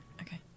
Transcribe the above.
Okay